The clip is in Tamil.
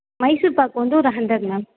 மைசூர் பாக்கு வந்து ஒரு ஹண்ட்ரேட் மேம்